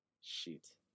shoot